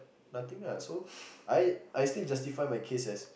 nothing lah so I I still justify my case as